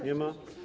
Nie ma.